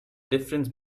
difference